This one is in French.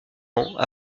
ans